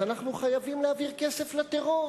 אז אנחנו חייבים להעביר כסף לטרור,